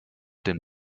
dem